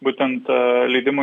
būtent leidimų